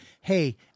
hey